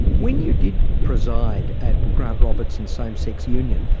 when you did preside at grant robertson's same-sex union,